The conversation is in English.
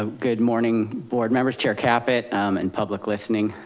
ah good morning board members, chair caput, and public listening.